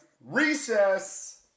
Recess